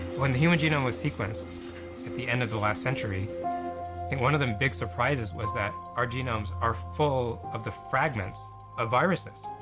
when the human genome was sequenced at the end of the last century, i think one of the big surprises was that our genomes are full of the fragments of viruses.